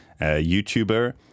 YouTuber